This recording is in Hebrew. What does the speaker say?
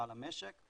כלל המשק,